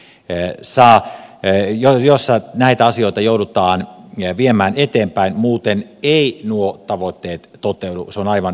en saa en jojossa näitä pitkäjänteisyyttä joudutaan viemään eteenpäin muuten eivät nuo tavoitteet toteudu se on aivan päivänselvä asia